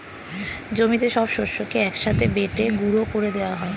জমিতে সব শস্যকে এক সাথে বেটে গুঁড়ো করে দেওয়া হয়